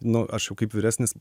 nu aš jau kaip vyresnis